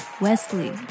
Wesley